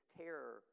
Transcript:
terror